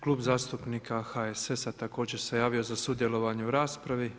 Klub zastupnika HSS-a također se javio za sudjelovanje u raspravi.